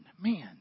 man